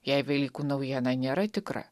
jei velykų naujiena nėra tikra